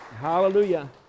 Hallelujah